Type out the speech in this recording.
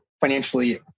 financially